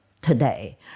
today